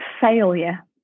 Failure